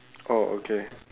oh okay